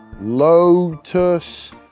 Lotus